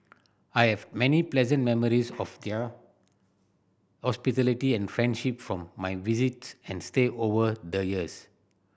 I have many pleasant memories of their hospitality and friendship from my visits and stay over the years